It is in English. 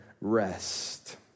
rest